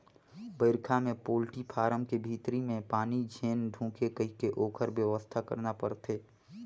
बइरखा में poultry farm के भीतरी में पानी झेन ढुंके कहिके ओखर बेवस्था करना परथे